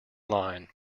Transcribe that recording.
line